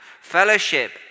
fellowship